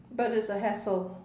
but it's a hassle